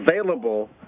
available